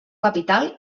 capital